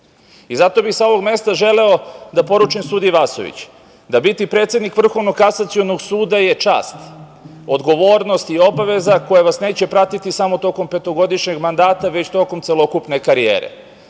bih sa ovog mesta želeo da poručim sudiji Vasović da biti predsednik Vrhovnog kasacionog suda je čast, odgovornost i obaveza koja vas neće pratiti samo tokom petogodišnjeg mandata, već tokom celokupne karijere. Baš